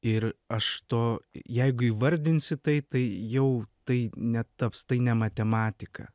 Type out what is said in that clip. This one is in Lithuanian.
ir aš to jeigu įvardinsi tai tai jau tai netaps tai ne matematika